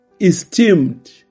esteemed